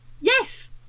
yes